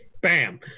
Bam